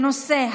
בנושא: